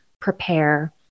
prepare